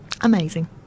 Amazing